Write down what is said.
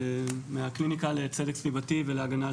אני מהקליניקה לצדק סביבתי והגנה על